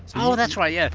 oh, that's right, yeah.